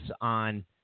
on